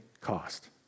cost